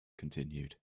continued